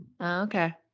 Okay